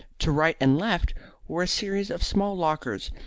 to right and left were a series of small lockers,